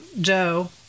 joe